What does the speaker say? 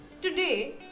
Today